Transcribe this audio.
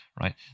right